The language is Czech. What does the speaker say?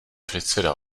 předseda